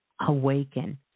awaken